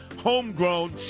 homegrown